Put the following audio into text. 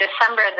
December